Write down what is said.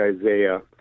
Isaiah